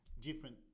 different